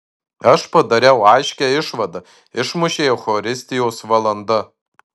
aš padariau aiškią išvadą išmušė eucharistijos valanda